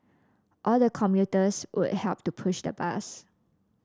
all the commuters would help to push the bus